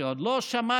שעוד לא שמעתי,